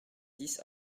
dix